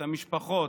את המשפחות,